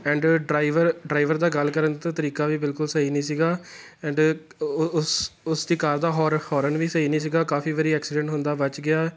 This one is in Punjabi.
ਐਂਡ ਡਰਾਈਵਰ ਡਰਾਈਵਰ ਦਾ ਗੱਲ ਕਰਨ ਤੋਂ ਤਰੀਕਾ ਵੀ ਬਿਲਕੁਲ ਸਹੀ ਨਹੀਂ ਸੀਗਾ ਐਂਡ ਉਸ ਉਸ ਦੀ ਕਾਰ ਦਾ ਹੋਰ ਹੋਰਨ ਵੀ ਸਹੀ ਨਹੀਂ ਸੀਗਾ ਕਾਫ਼ੀ ਵਾਰ ਐਕਸੀਡੈਂਟ ਹੁੰਦਾ ਬਚ ਗਿਆ